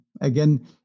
again